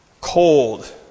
Cold